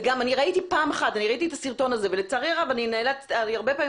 וראיתי את הסרטון הזה ואני הרבה פעמים